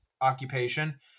occupation